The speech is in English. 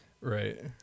Right